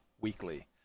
Weekly